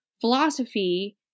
philosophy